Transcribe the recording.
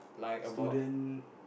student